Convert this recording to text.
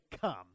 come